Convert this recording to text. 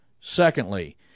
Secondly